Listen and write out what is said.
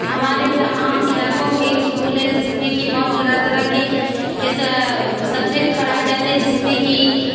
ہمارے تمام علاقوں کے اسکول ہے جس میں کہ بہت طرح طرح کے کیسا سبجیکٹ پڑھائے جاتے جس میں کی